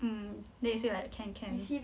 mm then he say like can can